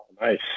nice